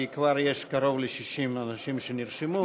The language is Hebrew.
כי כבר יש קרוב ל-60 אנשים שנרשמו.